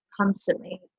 constantly